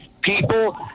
people